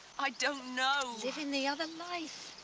i don't know. living the other life.